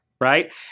right